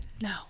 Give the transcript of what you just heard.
no